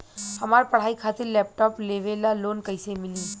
हमार पढ़ाई खातिर लैपटाप लेवे ला लोन कैसे मिली?